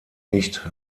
nicht